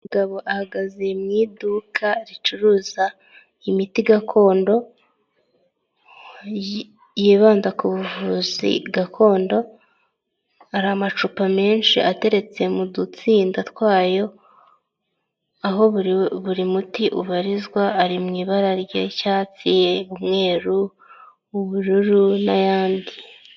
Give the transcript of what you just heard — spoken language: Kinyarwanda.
Umugabo ahagaze mu iduka ricuruza imiti gakondo, yibanda ku buvuzi gakondo hari amacupa menshi ateretse mu dutsinda twayo aho bur'umuti ubarizwa ari mu ibara ry'cyatsi, umweru, w'ubururu n'ayandi.